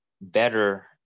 Better